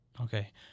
Okay